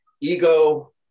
ego